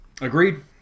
Agreed